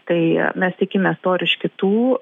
tai mes tikimės to ir iš kitų